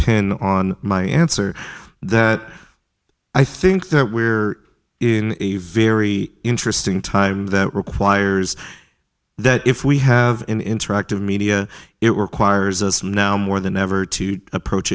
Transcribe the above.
pin on my answer i think that we're in a very interesting time requires that if we have an interactive media it requires us now more than ever to approach